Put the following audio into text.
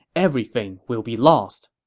everything will be lost!